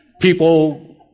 people